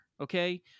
okay